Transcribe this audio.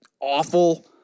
awful